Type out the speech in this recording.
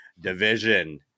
Division